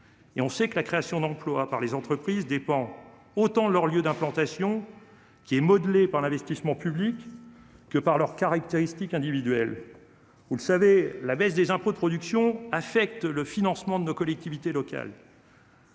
et l'on sait que la création d'emplois par les entreprises dépend autant de leur lieu d'implantation, qui est modelé par l'investissement public, que de leurs caractéristiques individuelles. Vous le savez, la baisse des impôts de production affecte le financement de nos collectivités locales.